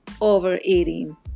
overeating